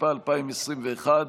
התשפ"א 2021,